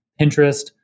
Pinterest